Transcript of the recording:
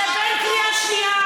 שבין קריאה שנייה,